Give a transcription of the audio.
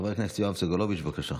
חבר הכנסת יואב סגלוביץ', בבקשה.